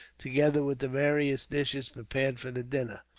together with the various dishes prepared for the dinner.